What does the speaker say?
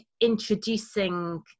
introducing